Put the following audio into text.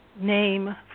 name